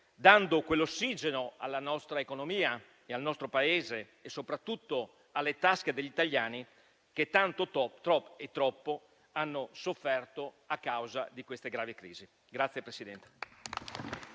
dando ossigeno alla nostra economia, al nostro Paese e, soprattutto, alle tasche degli italiani, che tanto e troppo hanno sofferto a causa della grave crisi.